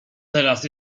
teraz